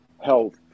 health